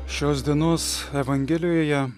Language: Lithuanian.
šios dienos evangelijoje